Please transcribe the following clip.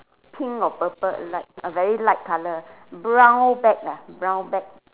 pink or purple light a very light color brown bag ah brown bag